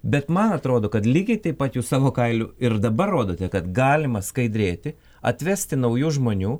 bet man atrodo kad lygiai taip pat jūs savo kailiu ir dabar rodote kad galima skaidrėti atvesti naujų žmonių